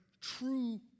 true